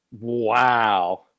Wow